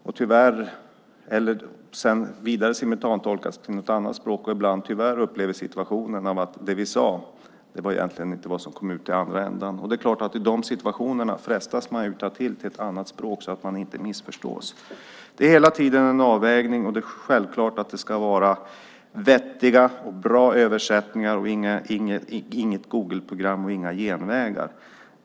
Sedan simultantolkas det vidare till något annat språk. Ibland upplever man tyvärr situationen att det man sade inte var det som kom ut i andra ändan. Det är klart att man i de situationerna frestas att ta till ett annat språk, så att man inte missförstås. Det är hela tiden en avvägning, och det är självklart att det ska vara vettiga och bra översättningar - inget Googleprogram och inga genvägar.